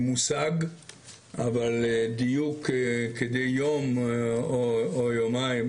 מושג אבל דיוק כדי יום או יומיים,